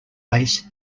bass